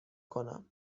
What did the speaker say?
کنم